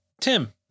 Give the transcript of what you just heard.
Tim